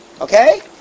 Okay